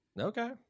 Okay